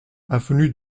avenue